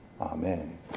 Amen